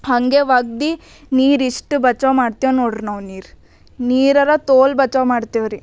ಹಾಗೇ ಒಗ್ದು ನೀರು ಇಷ್ಟು ಬಚಾವ್ ಮಾಡ್ತೇವೆ ನೋಡ್ರಿ ನಾವು ನೀರು ನೀರಾರ ತೋಲ್ ಬಚಾವ್ ಮಾಡ್ತೇವ್ರಿ